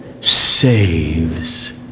saves